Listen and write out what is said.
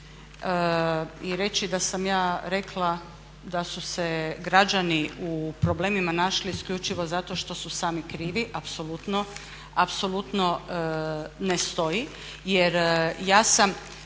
I reći da sam ja rekla da su se građani u problemima našli isključivo zato što su sami krivi, apsolutno ne stoji